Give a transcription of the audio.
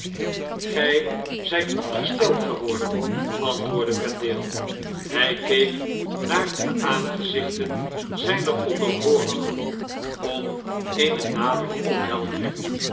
gjj zyt ongesteld geworden antwoordde vendale hg keek naar de aangezichten zjjner onderhoorigen om eene nadere opheldering